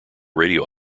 radio